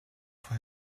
for